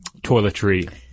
toiletry